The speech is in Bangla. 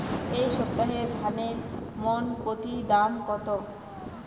এই সপ্তাহে ধানের মন প্রতি দাম কত?